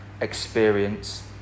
experience